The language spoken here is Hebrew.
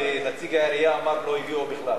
ונציג העירייה אמר שלא הגיעו בכלל.